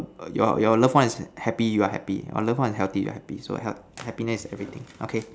your your love one is happy you are happy your love one is healthy you happy so hap happiness is everything okay